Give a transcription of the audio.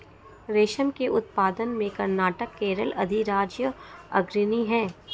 रेशम के उत्पादन में कर्नाटक केरल अधिराज्य अग्रणी है